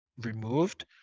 removed